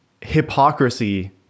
hypocrisy